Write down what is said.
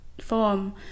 form